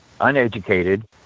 uneducated